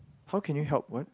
how can you help what